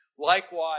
Likewise